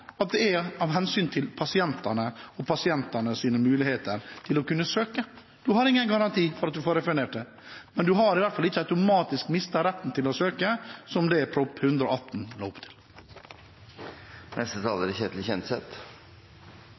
at det er av hensyn til pasientene og pasientenes muligheter til å kunne søke. Man har ingen garanti for å få det refundert, men man har i hvert fall ikke automatisk mistet retten til å søke, som Prop. 118 L la opp til. Godkjenning eller tilsagn er